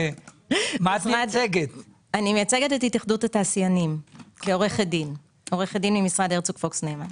אני מייצגת את התאחדות התעשיינים כעורכת דין ממשרד הרצוג פוקס נאמן.